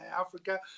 Africa